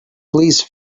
please